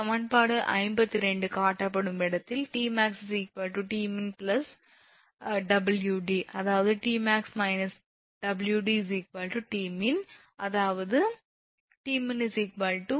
சமன்பாடு 52 காட்டப்படும் இடத்தில் 𝑇𝑚𝑎𝑥 𝑇𝑚𝑖𝑛 𝑊𝑑 அதாவது 𝑇𝑚𝑎𝑥 −𝑊𝑑 𝑇𝑚𝑖𝑛 அதாவது 𝑇𝑚𝑖𝑛 572